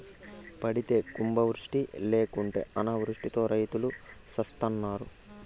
పడితే కుంభవృష్టి లేకుంటే అనావృష్టితో రైతులు సత్తన్నారు